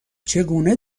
چگونه